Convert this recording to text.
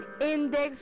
index